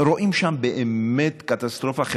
רואים שם באמת קטסטרופה.